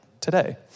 today